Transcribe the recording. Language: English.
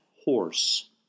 horse